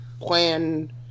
plan